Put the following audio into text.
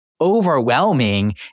overwhelming